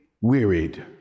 wearied